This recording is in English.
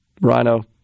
Rhino